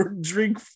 drink